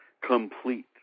complete